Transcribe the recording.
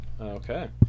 Okay